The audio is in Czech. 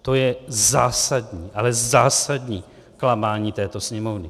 To je zásadní, ale zásadní klamání této Sněmovny.